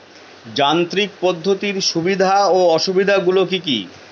যান্ত্রিক পদ্ধতির সুবিধা ও অসুবিধা গুলি কি কি?